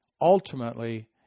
ultimately